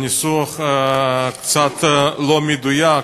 תודה, הניסוח קצת לא מדויק,